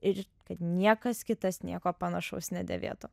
ir kad niekas kitas nieko panašaus nedėvėtų